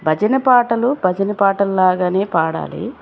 భజన పాటలు భజన పాటలు లాగానే పాడాలి